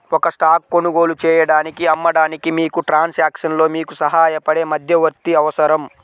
ఒక స్టాక్ కొనుగోలు చేయడానికి, అమ్మడానికి, మీకు ట్రాన్సాక్షన్లో మీకు సహాయపడే మధ్యవర్తి అవసరం